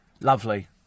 Lovely